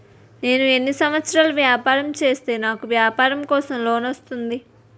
నేను ఎన్ని సంవత్సరాలు వ్యాపారం చేస్తే నాకు వ్యాపారం కోసం లోన్ వస్తుంది?